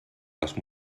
les